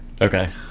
Okay